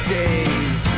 days